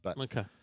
Okay